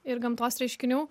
ir gamtos reiškinių